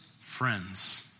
friends